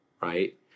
Right